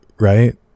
Right